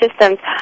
systems